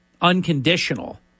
unconditional